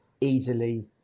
easily